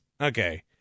okay